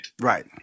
Right